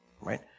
right